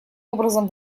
образом